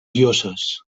llosses